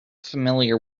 familiar